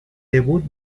debut